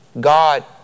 God